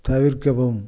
தவிர்க்கவும்